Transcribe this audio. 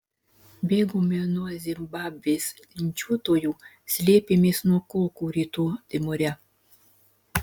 bėgome nuo zimbabvės linčiuotojų slėpėmės nuo kulkų rytų timore